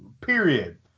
period